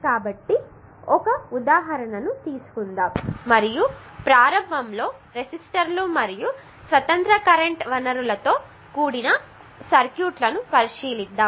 కాబట్టి ఒక ఉదాహరణ తీసుకుందాం మరియు ప్రారంభంలో రెసిస్టర్లు మరియు స్వతంత్ర కరెంట్ వనరులతో కూడిన సర్క్యూట్లను పరిశీలిద్దాం